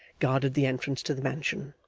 guarded the entrance to the mansion.